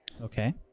Okay